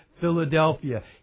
Philadelphia